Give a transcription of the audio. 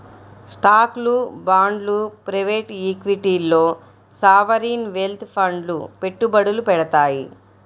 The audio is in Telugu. స్టాక్లు, బాండ్లు ప్రైవేట్ ఈక్విటీల్లో సావరీన్ వెల్త్ ఫండ్లు పెట్టుబడులు పెడతాయి